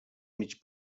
mig